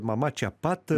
mama čia pat